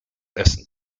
essen